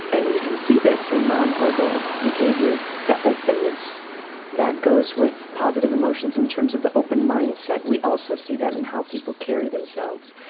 and you can see this in non-verbal behaviour, the openness that goes with positive emotions in terms of the open mindset, and we also see that in how people carry themselves.